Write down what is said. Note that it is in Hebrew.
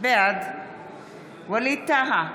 בעד ווליד טאהא,